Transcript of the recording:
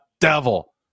devil